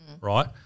Right